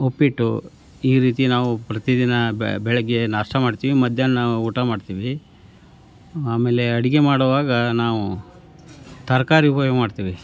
ಉಪ್ಪಿಟ್ಟು ಈ ರೀತಿ ನಾವು ಪ್ರತಿದಿನ ಬೆಳಿಗ್ಗೆ ನಾಷ್ಟಾ ಮಾಡ್ತೀವಿ ಮಧ್ಯಾಹ್ನ ನಾವು ಊಟ ಮಾಡ್ತೀವಿ ಆಮೇಲೆ ಅಡುಗೆ ಮಾಡೋವಾಗ ನಾವು ತರಕಾರಿ ಹೊಯ್ವ್ ಮಾಡ್ತೀವಿ